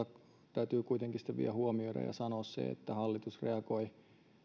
täytyy kuitenkin vielä huomioida ja sanoa se että hallitus reagoi